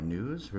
News